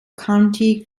county